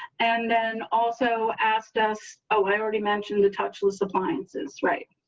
and then also asked us. oh, i already mentioned the touch list appliances. right.